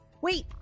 wait